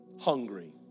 hungry